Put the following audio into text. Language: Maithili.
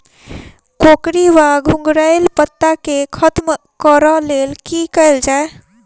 कोकरी वा घुंघरैल पत्ता केँ खत्म कऽर लेल की कैल जाय?